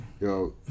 Yo